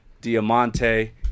Diamante